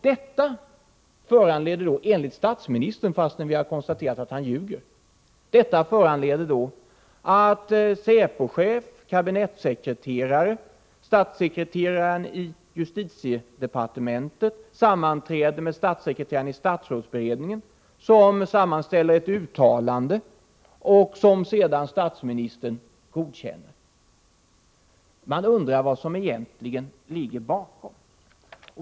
Detta föranledde enligt statsministern — men vi har alltså konstaterat att han ljuger — att säpochefen, kabinettssekreteraren och statssekreteraren i justitiedepartementet sammanträdde med statssekreteraren i statsrådsberedningen, som sammanställde ett uttalande som statsministern sedan godkände. Man undrar vad som egentligen ligger bakom.